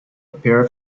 pair